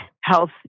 health